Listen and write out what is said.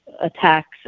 attacks